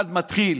אחד מתחיל